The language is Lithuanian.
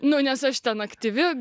nu nes aš ten aktyvi